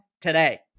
today